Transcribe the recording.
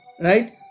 right